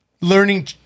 learning